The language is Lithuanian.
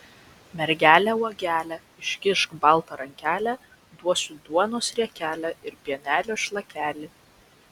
mergele uogele iškišk baltą rankelę duosiu duonos riekelę ir pienelio šlakelį